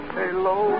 hello